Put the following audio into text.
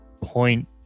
point